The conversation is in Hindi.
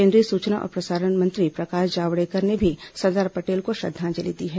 केंद्रीय सूचना और प्रसारण मंत्री प्रकाश जावडेकर ने भी सरदार पटेल को श्रद्वांजलि दी है